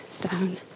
down